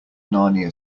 narnia